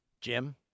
Jim